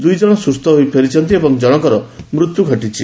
ଦୁଇ ଜଶ ସୁସ୍ଥ ହୋଇ ଫେରିଛନ୍ତି ଏବଂ ଜଶଙ୍କର ମୃତ୍ୟୁ ଘଟିଛି